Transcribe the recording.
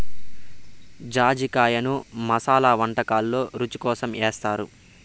జాజికాయను మసాలా వంటకాలల్లో రుచి కోసం ఏస్తారు